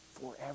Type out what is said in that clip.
forever